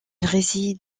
réside